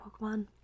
Pokemon